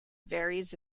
varies